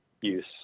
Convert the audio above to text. use